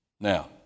Now